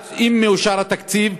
אם מאושר התקציב,